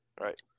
Right